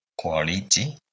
quality